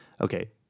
Okay